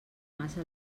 massa